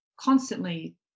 constantly